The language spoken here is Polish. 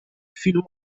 film